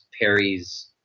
Perry's –